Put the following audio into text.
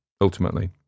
ultimately